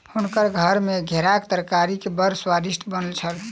हुनकर घर मे घेराक तरकारी बड़ स्वादिष्ट बनल छल